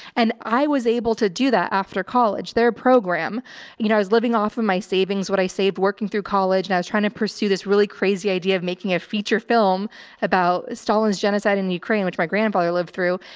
and i was able to do that after college. their program, you know, i was living off of my savings, what i saved working through college and i was trying to pursue this really crazy idea of making a feature film about stalin's genocide in ukraine, which my grandfather lived through.